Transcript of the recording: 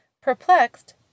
Perplexed